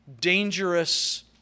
dangerous